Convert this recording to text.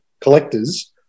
collectors